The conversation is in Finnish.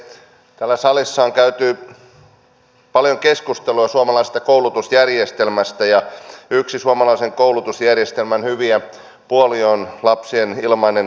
täällä salissa on käyty paljon keskustelua suomalaisesta koulutusjärjestelmästä ja yksi suomalaisen koulutusjärjestelmän hyviä puolia on lapsien ilmainen koulukuljetus